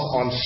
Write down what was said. on